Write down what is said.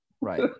Right